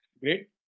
Great